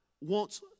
wants